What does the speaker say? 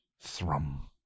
thrum